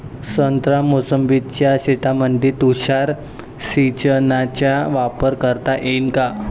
संत्रा मोसंबीच्या शेतामंदी तुषार सिंचनचा वापर करता येईन का?